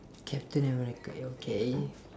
captain america okay